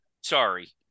Sorry